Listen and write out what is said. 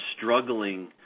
struggling